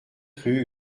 rue